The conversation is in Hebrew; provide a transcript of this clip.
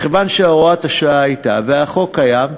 מכיוון שהוראת השעה הייתה והחוק קיים,